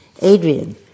Adrian